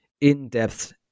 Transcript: in-depth